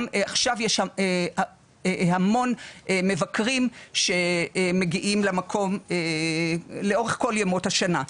עכשיו יש שם המון מבקרים שמגיעים למקום לאורך כל ימות השנה.